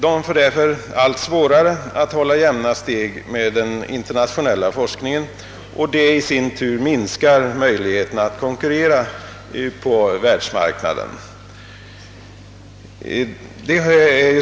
De får därför allt svårare att hålla jämna steg med den internationella forskningen, och detta i sin tur minskar möjligheterna att konkurrera på världsmarknaden.